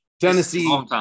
Tennessee